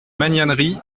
magnanerie